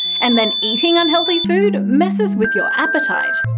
and then eating unhealthy food messes with your appetite.